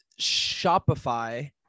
shopify